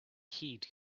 heed